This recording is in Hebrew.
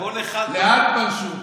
מתי פרשו?